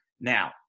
Now